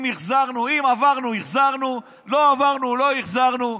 אם עברנו, החזרנו, לא עברנו, לא החזרנו.